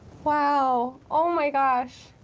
wow, oh my gosh,